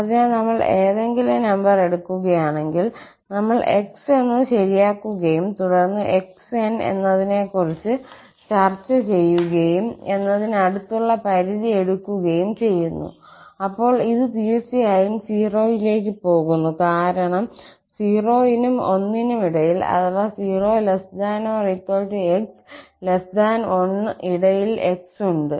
അതിനാൽ നമ്മൾ ഏതെങ്കിലും നമ്പർ എടുക്കുകയാണെങ്കിൽ നമ്മൾ x എന്ന് ശരിയാക്കുകയും തുടർന്ന് xn എന്നതിനെക്കുറിച്ച് ചർച്ച ചെയ്യുകയും ∞ എന്നതിനടുത്തുള്ള പരിധി എടുക്കുകയും ചെയ്യുന്നു അപ്പോൾ ഇത് തീർച്ചയായും 0 ലേക്ക് പോകുന്നു കാരണം 0 നും 1 നും ഇടയിൽ അഥവാ 0≤x1 ഇടയിൽ x ഉണ്ട്